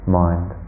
mind